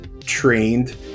trained